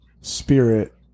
spirit